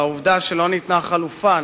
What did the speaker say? והעובדה שלא ניתנה חלופה,